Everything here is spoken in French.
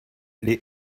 lès